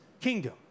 kingdom